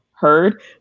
heard